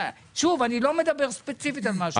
שוב, אני לא מדבר ספציפית על משהו.